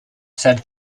said